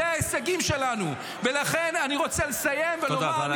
אלה ההישגים שלנו, ולכן אני רוצה לסיים -- תודה.